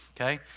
okay